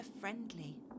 friendly